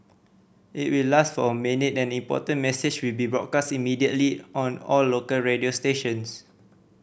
it will last for a minute and an important message will be broadcast immediately on all local radio stations